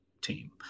team